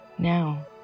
now